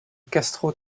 castro